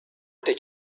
did